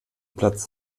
platz